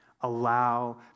Allow